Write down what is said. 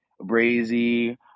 brazy